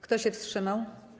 Kto się wstrzymał?